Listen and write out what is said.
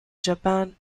japan